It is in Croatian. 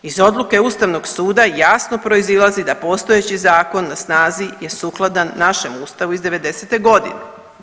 Iz odluke Ustavnog suda jasno proizilazi da postojeći zakon na snazi je sukladan našem Ustavu iz devedesete godine.